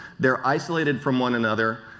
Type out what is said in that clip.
they are isolated from one another,